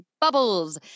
Bubbles